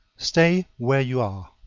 stay where you are.